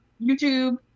YouTube